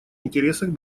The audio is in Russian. интересах